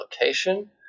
location